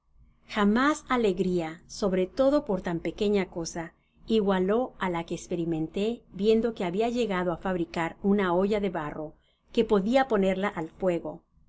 jamás alegria sobre todo por tan pequeña cosa ignaló a la que esperimenté viendo que habia llegado á fabricar nna olla de barro que podia ponerla al fuego